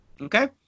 Okay